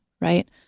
right